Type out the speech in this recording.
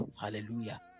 Hallelujah